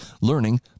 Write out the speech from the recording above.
learning